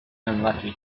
unlucky